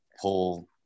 pull